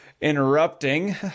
interrupting